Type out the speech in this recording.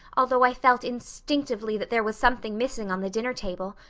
although i felt instinctively that there was something missing on the dinner table.